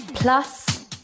Plus